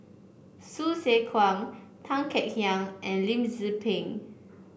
Hsu Tse Kwang Tan Kek Hiang and Lim Tze Peng